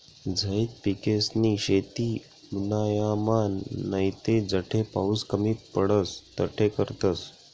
झैद पिकेसनी शेती उन्हायामान नैते जठे पाऊस कमी पडस तठे करतस